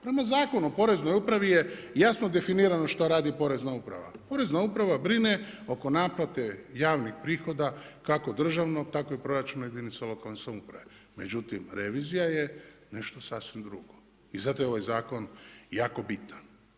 Prema Zakonu o Poreznoj upravi je jasno definirano šta radi Porezna uprava, Porezna uprava brine oko naplate javnih prihoda kako državnog tako i proračuna jedinica lokalne samouprave, međutim revizija je sasvim nešto drugo i zato je ovaj zakon jako bitan.